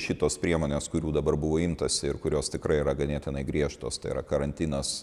šitos priemonės kurių dabar buvo imtasi ir kurios tikrai yra ganėtinai griežtos tai yra karantinas